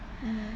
mmhmm